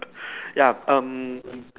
ya um